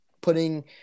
putting